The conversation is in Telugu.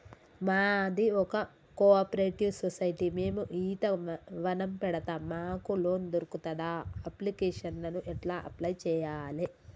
మాది ఒక కోఆపరేటివ్ సొసైటీ మేము ఈత వనం పెడతం మాకు లోన్ దొర్కుతదా? అప్లికేషన్లను ఎట్ల అప్లయ్ చేయాలే?